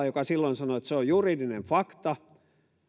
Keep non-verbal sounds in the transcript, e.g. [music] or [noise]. [unintelligible] joka silloin sanoi että se on juridinen fakta